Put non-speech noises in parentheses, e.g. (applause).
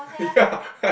yeah (laughs)